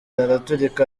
araturika